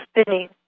spinning